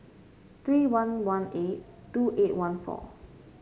three one one eight two eight one four